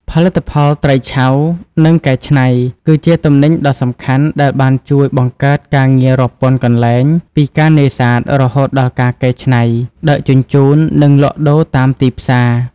ផលិតផលត្រីឆៅ និងកែច្នៃ គឺជាទំនិញដ៏សំខាន់ដែលបានជួយបង្កើតការងាររាប់ពាន់កន្លែង ពីការនេសាទ រហូតដល់ការកែច្នៃ ដឹកជញ្ជូន និងលក់ដូរតាមទីផ្សារ។